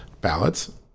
ballots